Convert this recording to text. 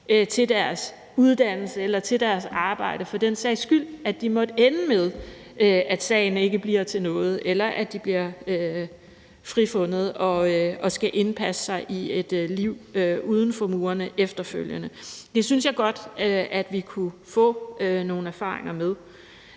til deres uddannelse eller til deres arbejde, i tilfælde af at det måtte ende med, at sagen ikke bliver til noget, eller at de bliver frifundet og skal indpasse sig i et liv uden for murene efterfølgende. Det synes jeg godt at vi kunne få nogle erfaringer med.